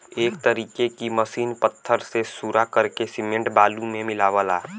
एक तरीके की मसीन पत्थर के सूरा करके सिमेंट बालू मे मिलावला